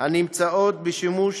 הנמצאות בשימוש